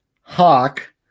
Hawk